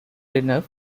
enough